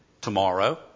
tomorrow